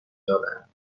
دارند